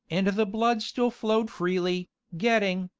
and the blood still flowed freely, getting,